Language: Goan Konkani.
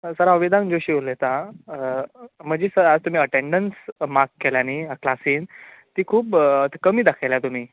सर हांव वेदान्त जोशी उलयतां म्हजी आज तुमी एटँडंस मार्क केल्या न्हय क्लासींत ती खूब कमी दाखयल्या तुमी